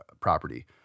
property